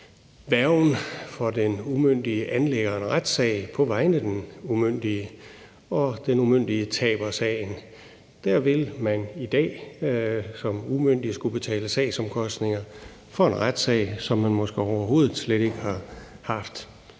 værgen for den umyndige anlægger en retssag på vegne af den umyndige og den umyndige taber sagen. Der vil man i dag som umyndig skulle betale sagsomkostninger for en retssag, som man måske overhovedet slet ikke har haft